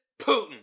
Putin